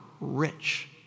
rich